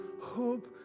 hope